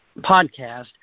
podcast